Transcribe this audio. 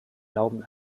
glauben